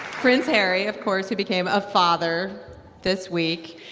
prince harry, of course, who became a father this week.